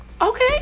Okay